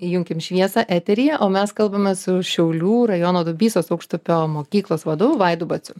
įjunkim šviesą eteryje o mes kalbame su šiaulių rajono dubysos aukštupio mokyklos vadovu vaidu baciu